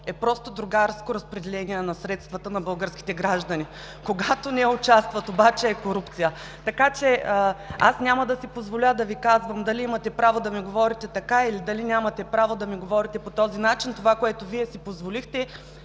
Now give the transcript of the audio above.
е просто другарско разпределение на средствата на българските граждани, когато не участват, обаче е корупция. (Единични ръкопляскания от ГЕРБ.) Аз няма да си позволя да Ви казвам дали имате право да ми говорите така, или нямате право да ми говорите по този начин. Това, което Вие си позволихте